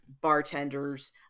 bartenders